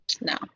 No